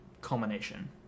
culmination